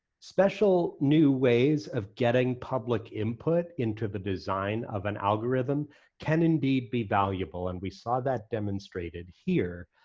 special new ways of getting public input into the design of an algorithm can indeed be valuable. and we saw that demonstrated here,